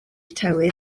tywydd